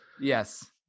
Yes